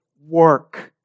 work